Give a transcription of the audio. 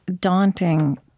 daunting